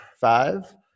Five